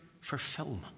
fulfillment